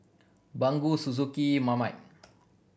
Baggu Suzuki Marmite